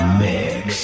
mix